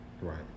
Right